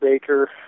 Baker